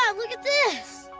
yeah look at this.